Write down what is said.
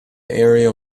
area